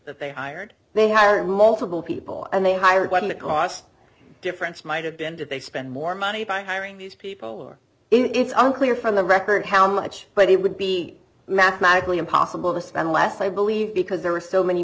that they hired they hired multiple people and they hired one that cost difference might have been did they spend more money by hiring these people or if it's unclear from the record how much but it would be mathematically impossible to spend less i believe because there were so many